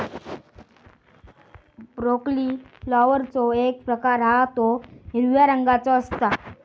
broccoli फ्लॉवरचो एक प्रकार हा तो हिरव्या रंगाचो असता